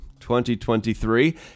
2023